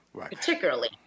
particularly